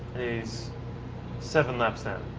he's seven laps down.